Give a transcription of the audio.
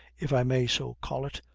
if i may so call it,